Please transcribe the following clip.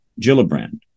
Gillibrand